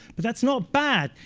but that's not bad.